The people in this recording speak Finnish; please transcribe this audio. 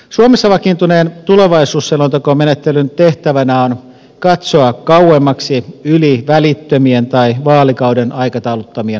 suomessa vakiintuneen tulevaisuusselontekomenettelyn tehtävänä on katsoa kauemmaksi yli välittömien tai vaalikauden aikatauluttamien haasteiden